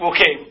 Okay